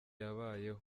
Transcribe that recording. yabayeho